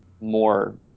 more